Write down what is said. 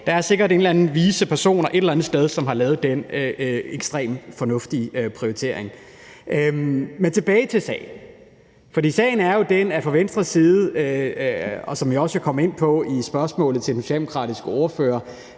der er sikkert en eller anden vis person et eller andet sted, som har lavet den ekstremt fornuftige prioritering. Men tilbage til sagen, for sagen er jo den, at vi fra Venstres side, som jeg også kom ind på i spørgsmålet til den socialdemokratiske ordfører,